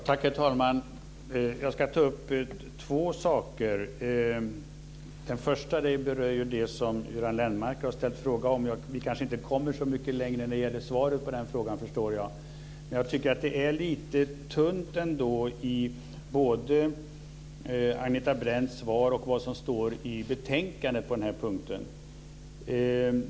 Herr talman! Jag ska ta upp två saker. Den första berör det som Göran Lennmarker ställde en fråga om. Vi kanske inte kommer så mycket längre när det gäller svaret på den frågan, men jag tycker att det är lite tunt både i Agneta Brendts svar och i betänkandet på den här punkten.